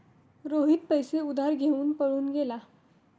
रोहित पैसे उधार घेऊन पळून गेला